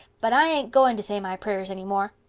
but i ain't going to say my prayers any more.